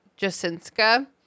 Jasinska